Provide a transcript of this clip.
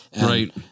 Right